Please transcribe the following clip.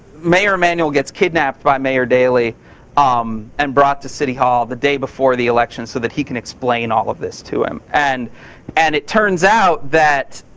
mayor emanuel gets kidnapped kidnapped by mayor daley um and brought to city hall the day before the election so that he can explain all of this to him. and and it turns out that,